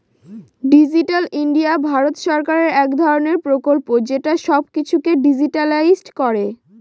digital India Bharat সরকারের এক ধরনের প্রকল্প যেটা সব কিছুকে ডিজিট্যালাইসড করে